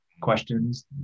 questions